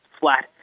flat